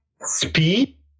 speed